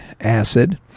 acid